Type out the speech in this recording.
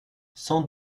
cent